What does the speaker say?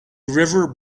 river